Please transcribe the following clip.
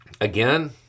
Again